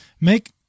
make